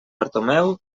bartomeu